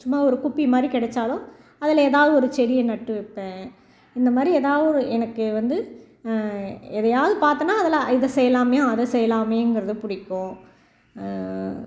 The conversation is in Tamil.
சும்மா ஒரு குப்பி மாதிரி கிடைச்சாலும் அதில் ஏதாவது ஒரு செடியை நட்டு வைப்பேன் இந்த மாதிரி ஏதாவது ஒரு எனக்கு வந்து எதையாவது பார்த்தோனா அதில் இதை செய்யலாமே அதை செய்யலாமேங்கிறது பிடிக்கும்